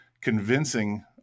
convincing